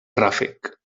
ràfec